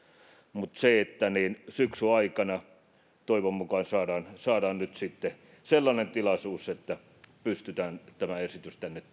mutta syksyn aikana toivon mukaan saadaan saadaan nyt sitten sellainen tilaisuus että pystytään tämä esitys tänne